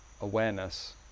awareness